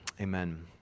amen